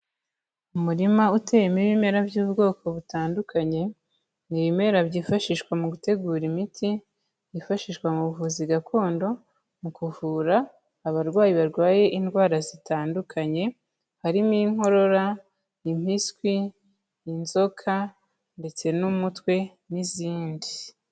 Umurima uteyemo ibimera by'ubwoko butandukanye, ni ibimera byifashishwa mu gutegura imiti yifashishwa mu buvuzi gakondo mu kuvura abarwayi barwaye indwara zitandukanye, harimo inkorora, impiswi, inzoka ndetse n'umutwe n'izindi.